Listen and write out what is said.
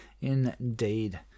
Indeed